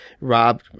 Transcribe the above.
Rob –